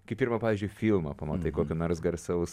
kai pirma pavyzdžiui filmą pamatai kokio nors garsaus